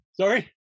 Sorry